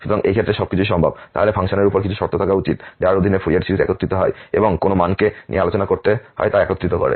সুতরাং এই ক্ষেত্রে সবকিছুই সম্ভব তাহলে আমাদের ফাংশনের উপর কিছু শর্ত থাকা উচিত যার অধীনে ফুরিয়ার সিরিজ একত্রিত হয় এবং কোন মানকে নিয়ে আলোচনা করতে হয় তা একত্রিত করে